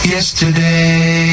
Yesterday